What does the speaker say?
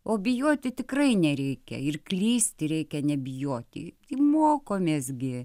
o bijoti tikrai nereikia ir klysti reikia nebijoti mokomės gi